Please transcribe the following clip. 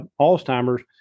alzheimer's